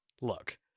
look